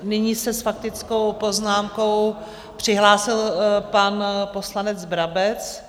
Nyní se s faktickou poznámkou přihlásil pan poslanec Brabec.